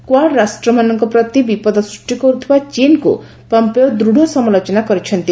Quad ରାଷ୍ଟ୍ରମାନଙ୍କ ପ୍ରତି ବିପଦ ସୃଷ୍ଟି କରୁଥିବା ଚୀନ୍କୁ ପମ୍ପେଓ ଦୃଢ଼ ସମାଲୋଚନା କରିଛନ୍ତି